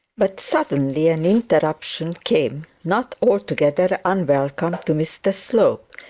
but suddenly and interruption came, not altogether unwelcome to mr slope.